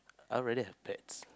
I already have pets